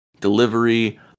delivery